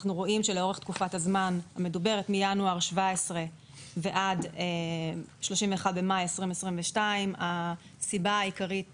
אנחנו רואים שמינואר 2017 עד 31 במאי 2022 הסיבה העיקרית